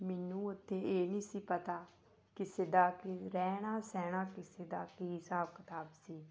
ਮੈਨੂੰ ਉੱਥੇ ਇਹ ਨਹੀਂ ਸੀ ਪਤਾ ਕਿਸੇ ਦਾ ਕੀ ਰਹਿਣਾ ਸਹਿਣਾ ਕਿਸੇ ਦਾ ਕੀ ਹਿਸਾਬ ਕਿਤਾਬ ਸੀ